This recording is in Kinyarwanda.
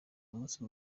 umunsi